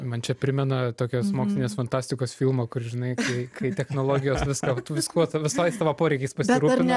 man čia primena tokios mokslinės fantastikos filmo kur žinai tai kai technologijos viską tu viskuo tu visoj savo poreikiais pasirūpinai